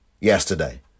yesterday